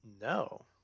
No